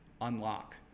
unlock